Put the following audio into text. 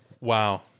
Wow